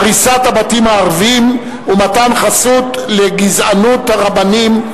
הריסת הבתים הערביים ומתן חסות לגזענות הרבנים,